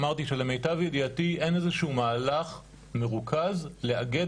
אמרתי שלמיטב ידיעתי אין איזשהו מהלך מרוכז לאגד